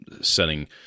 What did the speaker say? setting